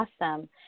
Awesome